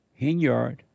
Hinyard